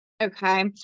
okay